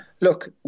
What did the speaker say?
look